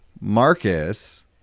Marcus